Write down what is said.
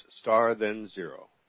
star-then-zero